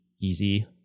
easy